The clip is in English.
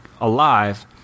alive